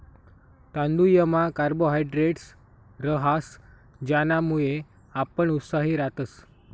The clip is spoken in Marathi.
तांदुयमा कार्बोहायड्रेट रहास ज्यानामुये आपण उत्साही रातस